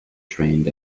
trained